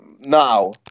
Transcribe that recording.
now